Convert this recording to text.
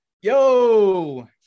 Yo